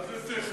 מה זה תכף?